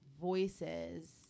voices